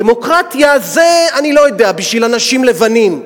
דמוקרטיה זה, אני לא יודע, בשביל אנשים לבנים.